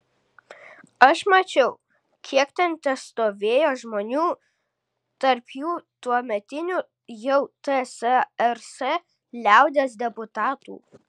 aš mačiau kiek ten testovėjo žmonių tarp jų tuometinių jau tsrs liaudies deputatų